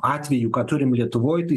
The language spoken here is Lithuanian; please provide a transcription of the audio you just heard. atvejų ką turim lietuvoj tai